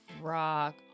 Rock